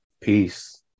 Peace